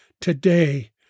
today